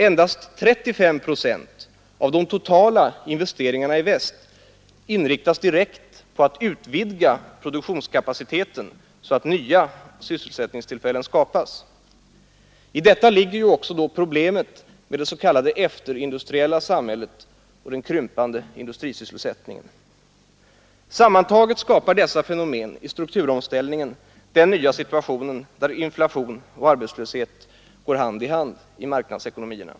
Endast 35 procent av de totala investeringarna i väst inriktas direkt på att utvidga produktionskapaciteten så att nya sysselsättningstillfällen skapas. I detta ligger problemet med det s.k. efterindustriella samhället och den krympande Sammantagna skapar dessa fenomen i strukturomställningen den nya situation där inflation och arbetslöshet går hand i hand i marknadsekonomierna.